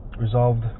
resolved